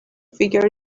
figure